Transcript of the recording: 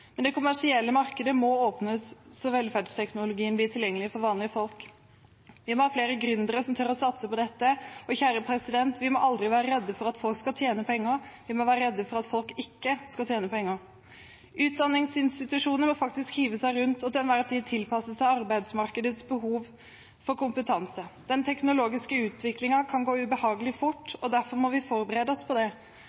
Men det kommersielle markedet må åpnes, slik at velferdsteknologien blir tilgjengelig for vanlige folk. Vi må ha flere gründere som tør å satse på dette, og vi må aldri være redde for at folk skal tjene penger. Vi må være redde for at folk ikke skal tjene penger. Utdanningsinstitusjonene må faktisk hive seg rundt og til enhver tid tilpasse seg arbeidsmarkedets behov for kompetanse. Den teknologiske utviklingen kan gå ubehagelig fort,